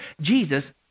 Jesus